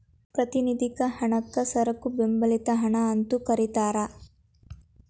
ಪ್ರಾತಿನಿಧಿಕ ಹಣಕ್ಕ ಸರಕು ಬೆಂಬಲಿತ ಹಣ ಅಂತೂ ಕರಿತಾರ